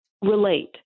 relate